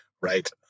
Right